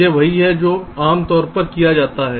यह वही है जो आम तौर पर किया जाता है